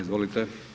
Izvolite.